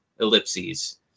ellipses